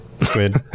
Squid